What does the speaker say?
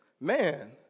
Man